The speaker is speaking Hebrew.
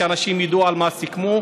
שאנשים ידעו על מה סיכמו,